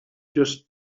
just